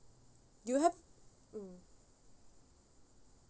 you have mm